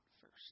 first